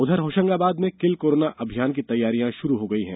उधर होशंगाबाद में kill corona अभियान की तैयारी शुरू हो गयी है